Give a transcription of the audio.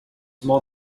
more